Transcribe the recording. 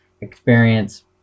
experience